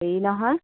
হেৰি নহয়